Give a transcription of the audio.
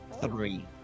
Three